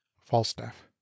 falstaff